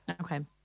Okay